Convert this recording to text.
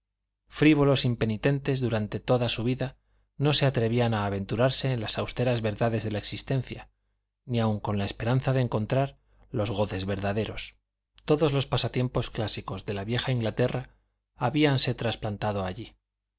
frívolos impenitentes durante toda su vida no se atrevían a aventurarse en las austeras verdades de la existencia ni aun con la esperanza de encontrar los goces verdaderos todos los pasatiempos clásicos de la vieja inglaterra habíanse transplantado allí